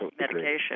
medication